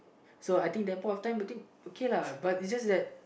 so I think that point of time between okay lah but is just that